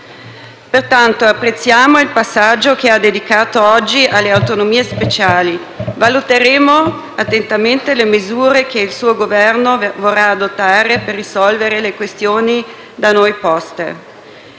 Pertanto, apprezziamo il passaggio che ha dedicato oggi alle autonomie speciali e valuteremo attentamente le misure che il suo Governo vorrà adottare per risolvere le questioni da noi poste.